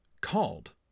called